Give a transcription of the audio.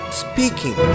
speaking